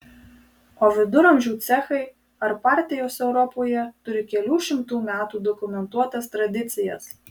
o viduramžių cechai ar partijos europoje turi kelių šimtų metų dokumentuotas tradicijas